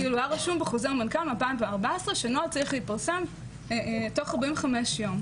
היה רשום בחוזר מנכ"ל מ-2014 שנוהל צריך להתפרסם תוך 45 יום.